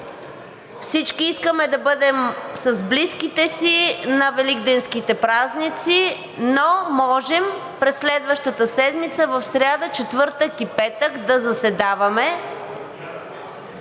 всички искаме да бъдем с близките си на Великденските празници, но можем през следващата седмица – в сряда, четвъртък и петък, да заседаваме,